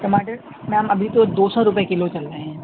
ٹماٹر میم ابھی تو دو سو روپئے کلو چل رہے ہیں